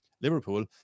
Liverpool